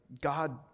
God